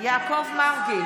יעקב מרגי,